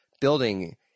building